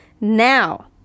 Now